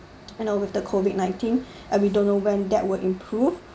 you know with the COVID nineteen and we don't know when that will improve